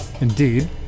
Indeed